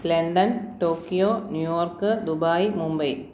London Tokyo New York Dubai Mumbai